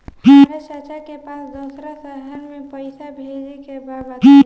हमरा चाचा के पास दोसरा शहर में पईसा भेजे के बा बताई?